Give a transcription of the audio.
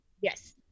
yes